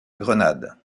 grenade